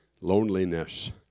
Loneliness